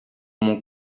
mon